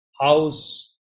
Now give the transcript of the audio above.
house